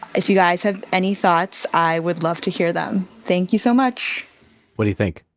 if you guys have any thoughts, i would love to hear them. thank you so much what do you think?